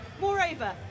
Moreover